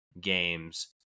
games